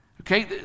Okay